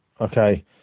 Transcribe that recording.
Okay